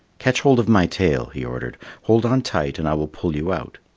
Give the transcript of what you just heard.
catch hold of my tail, he ordered, hold on tight and i will pull you out.